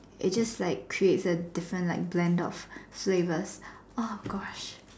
it's just right create a different blend of flavour oh Gosh